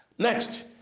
Next